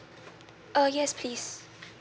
uh yes please